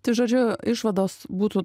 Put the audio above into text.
tai žodžiu išvados būtų